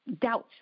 doubts